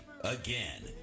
Again